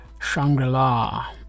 Shangri-La